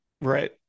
Right